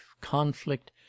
conflict